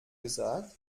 gesagt